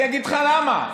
אני אגיד לך למה.